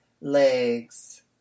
legs